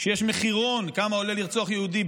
שיש שם מחירון כמה עולה לרצוח יהודי,